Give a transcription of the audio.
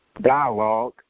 dialogue